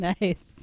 Nice